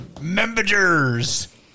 Members